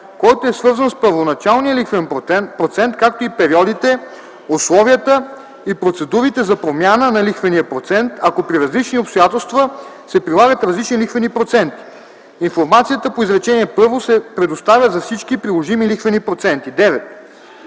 който е свързан с първоначалния лихвен процент, както и периодите, условията и процедурите за промяна на лихвения процент; ако при различни обстоятелства се прилагат различни лихвени проценти, информацията по изречение първо се предоставя за всички приложими лихвени проценти; 9.